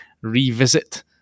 revisit